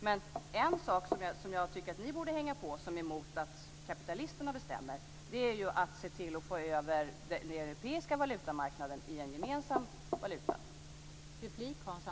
Men en sak som jag tycker att ni borde hänga på som är emot att kapitalisterna bestämmer är att se till att få över den europeiska valutamarknaden i en gemensam valuta.